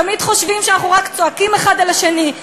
תמיד חושבים שאנחנו רק צועקים האחד על השני,